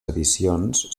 edicions